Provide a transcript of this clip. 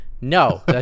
No